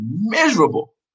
miserable